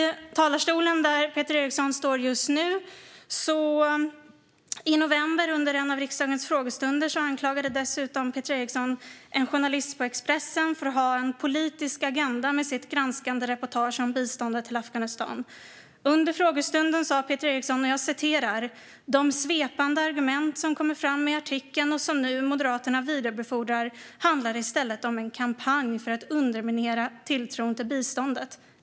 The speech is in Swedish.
Under en av riksdagens frågestunder i november anklagade dessutom Peter Eriksson en journalist på Expressen för att ha en politisk agenda med sitt granskande reportage om biståndet till Afghanistan. Under frågestunden sa Peter Eriksson: "De svepande argument som kommer fram i artikeln om detta och som Moderaterna nu vidarebefordrar handlar i stället om en kampanj för att underminera tilltron till biståndet.